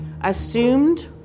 assumed